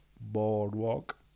Boardwalk